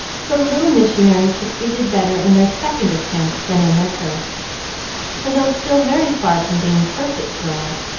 so the little missionaries succeeded better in their second attempt than in their first for, though still very far from being perfect girls,